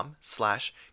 slash